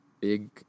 big